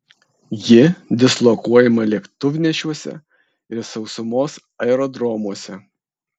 ji dislokuojama lėktuvnešiuose ir sausumos aerodromuose